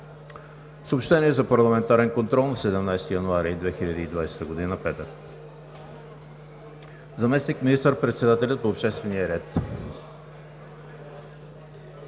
Съобщения за парламентарен контрол на 17 януари 2020 г., петък: 1. Заместник министър-председателят по обществения ред